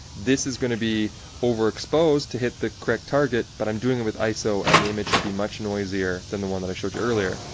this is going to be overexposed to hit the correct target, but i'm doing it with iso and the image should be much noisier than the one that i showed you earlier.